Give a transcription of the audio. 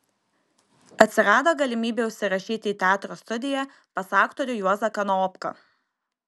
atsirado galimybė užsirašyti į teatro studiją pas aktorių juozą kanopką